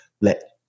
let